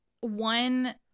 one